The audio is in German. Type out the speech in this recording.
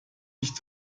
nicht